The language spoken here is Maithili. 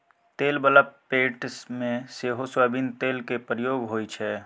तेल बला पेंट मे सेहो सोयाबीन तेलक प्रयोग होइ छै